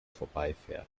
vorbeifährt